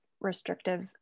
restrictive